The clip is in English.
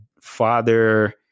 father